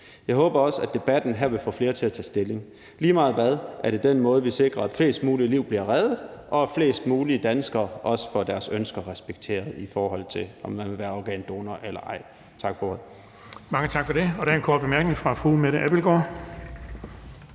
Jeg håber også, at debatten her vil få flere til at tage stilling. Lige meget hvad, er det den måde, hvorpå vi sikrer, at flest mulige liv bliver reddet, og at flest mulige danskere også får deres ønsker respekteret, i forhold til om man vil være organdonor eller ej. Tak for ordet. Kl. 15:35 Den fg. formand (Erling Bonnesen): Mange tak for det. Og der er en kort bemærkning fra fru Mette Abildgaard.